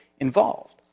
involved